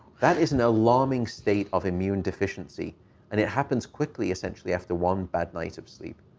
that is an alarming state of immune-deficiency. and it happens quickly essentially after one bad night of sleep.